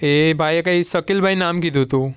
એ ભાઈએ કંઈ શકીલ ભાઈ નામ કીધું હતું